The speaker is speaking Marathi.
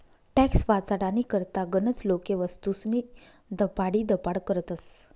टॅक्स वाचाडानी करता गनच लोके वस्तूस्नी दपाडीदपाड करतस